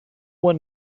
one